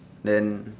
then